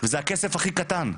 וזה הכסף הכי קטן,